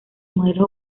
modelos